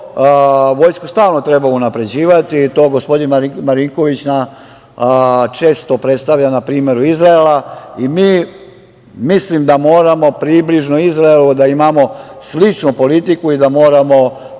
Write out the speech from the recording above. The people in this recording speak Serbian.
stalno treba unapređivati, i to gospodin Marinković često predstavlja na primeru Izraela. Mislim da moramo približno Izraelu da imamo sličnu politiku i da moramo